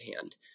hand